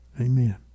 Amen